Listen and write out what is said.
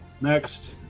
Next